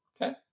Okay